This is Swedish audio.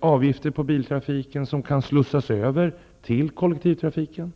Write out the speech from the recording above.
avgifter som kan slussas över till kollektivtrafiken?